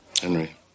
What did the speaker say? Henry